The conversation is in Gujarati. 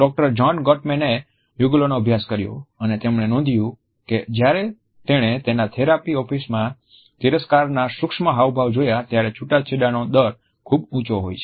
ડોક્ટર જ્હોન ગોટમેનએ યુગલોનો અભ્યાસ કર્યો અને તેમણે નોધ્યું કે જ્યારે તેણે તેના થેરાપી ઓફિસ મા તિરસ્કારના સૂક્ષ્મ હાવભાવ જોયા ત્યારે છૂટાછેડાનો દર ખૂબ ઊચ્ચો હોય છે